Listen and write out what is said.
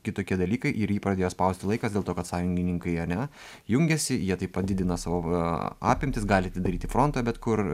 kitokie dalykai ir jį pradėjo spausti laikas dėl to kad sąjungininkai ane jungiasi jie taip pat didina savo apimtis gali atidaryti frontą bet kur